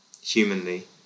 Humanly